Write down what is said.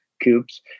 cubes